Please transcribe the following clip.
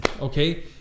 Okay